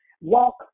walk